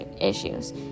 issues